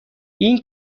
این